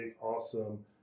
awesome